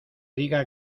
diga